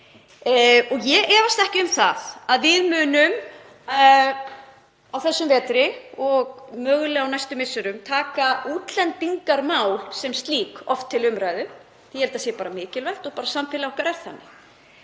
dag? Ég efast ekki um að við munum á þessum vetri og mögulega á næstu misserum taka útlendingamál sem slík oft til umræðu. Ég held að það sé bara mikilvægt og samfélagið okkar er þannig.